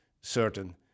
certain